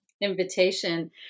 invitation